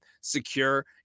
secure